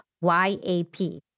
Y-A-P